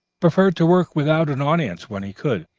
preferred to work without an audience when he could,